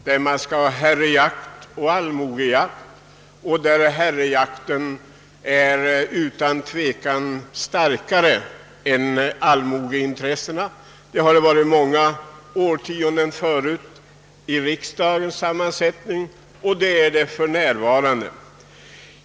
Då förekom herrejakt och allmogejakt, och herreintressena var därvid utan tvekan starkare företrädda än allmogeintressena. Så är det även nu.